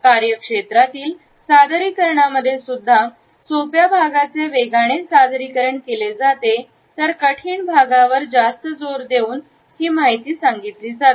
कार्यक्षेत्रातील सादरीकरणामध्ये सुद्धा सोप्या भागाचे वेगाने सादरीकरण केले जाते तर कठीण भागवर जास्त जोर देऊन ही माहिती सांगितली जाते